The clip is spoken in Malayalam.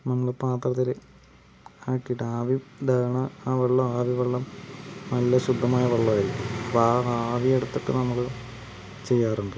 നമ്മള് പാത്രത്തില് ആക്കിട്ട് ആവി ഉണ്ടാക്കുന്ന ആ വെള്ളം ആവി വെള്ളം നല്ല ശുദ്ധമായ വെള്ളായിരിക്കും അപ്പം ആ ആവി എടുത്തിട്ട് നമ്മള് ചെയ്യാറുണ്ട്